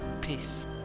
Peace